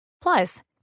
Plus